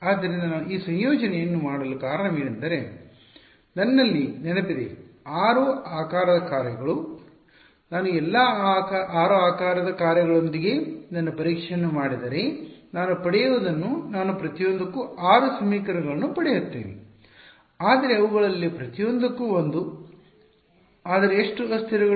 ಆದ್ದರಿಂದ ನಾನು ಈ ಸಂಯೋಜನೆಯನ್ನು ಮಾಡಲು ಕಾರಣವೆಂದರೆ ನನ್ನಲ್ಲಿ ನೆನಪಿದೆ 6 ಆಕಾರದ ಕಾರ್ಯಗಳು ನಾನು ಎಲ್ಲಾ 6 ಆಕಾರದ ಕಾರ್ಯಗಳೊಂದಿಗೆ ನನ್ನ ಪರೀಕ್ಷೆಯನ್ನು ಮಾಡಿದರೆ ನಾನು ಪಡೆಯುವದನ್ನು ನಾನು ಪ್ರತಿಯೊಂದಕ್ಕೂ 6 ಸಮೀಕರಣಗಳನ್ನು ಪಡೆಯುತ್ತೇನೆ ಆದರೆ ಅವುಗಳಲ್ಲಿ ಪ್ರತಿಯೊಂದಕ್ಕೂ ಒಂದು ಆದರೆ ಎಷ್ಟು ಅಸ್ಥಿರಗಳು